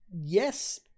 yes